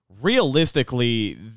realistically